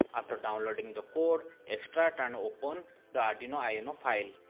after downloading the code, extract and open the arduino ino file.